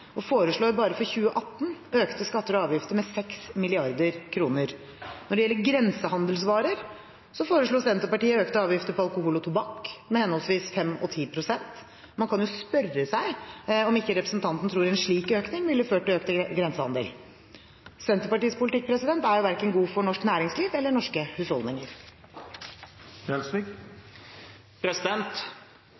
og foreslår bare for 2018 økte skatter og avgifter med 6 mrd. kr. Når det gjelder grensehandelsvarer, foreslår Senterpartiet økte avgifter på alkohol og tobakk med henholdsvis 5 pst. og 10 pst. Man kan jo spørre seg om ikke representanten tror en slik økning ville ført til økt grensehandel. Senterpartiets politikk er verken god for norsk næringsliv eller for norske